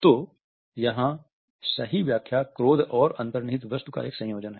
तो यहाँ सही व्याख्या क्रोध और अन्तर्निहित वस्तु का एक संयोजन है